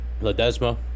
Ledesma